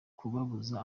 kubabuza